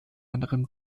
anderem